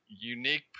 unique